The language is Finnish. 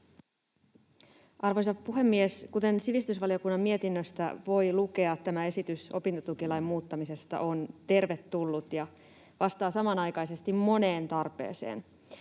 Arvoisa puhemies! Kuten sivistysvaliokunnan mietinnöstä voi lukea, tämä esitys opintotukilain muuttamisesta on tervetullut ja vastaa samanaikaisesti moneen tarpeeseen.